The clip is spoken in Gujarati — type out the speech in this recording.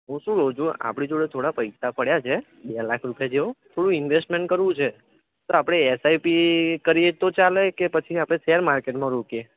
હું શું કહું છું આપણી જોડે થોડા પૈસા પડ્યા છે બે લાખ રૂપિયા જેવું થોડું ઇન્વેસ્ટમેન્ટ કરવું છે તો આપણે એસઆઇપી કરીએ તો ચાલે કે પછી આપણે સેર માર્કેટમાં રોકીએ